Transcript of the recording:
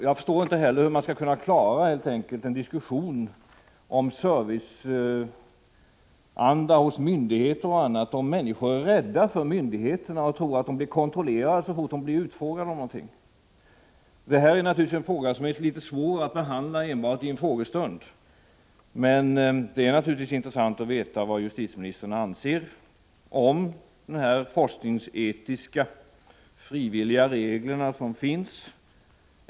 Jag förstår helt enkelt inte hur man skall kunna klara en diskussion om serviceanda hos myndigheter, om människor är rädda för myndigheterna och tror att de blir kontrollerade så fort de blir utfrågade om någonting. Detta är naturligtvis en fråga som är litet svår att behandla enbart i en frågestund. Men det är intressant att veta vad justitieministern anser om de forskningsetiska, frivilliga regler som finns.